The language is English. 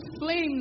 flames